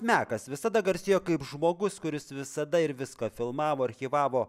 mekas visada garsėjo kaip žmogus kuris visada ir viską filmavo archyvavo